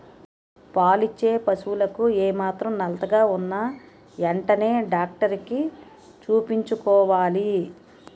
పాలిచ్చే పశువులకు ఏమాత్రం నలతగా ఉన్నా ఎంటనే డాక్టరికి చూపించుకోవాలి